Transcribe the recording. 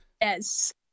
Yes